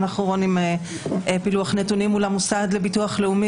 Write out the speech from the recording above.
האחרון עם פילוח נתונים מול המוסד לביטוח לאומי.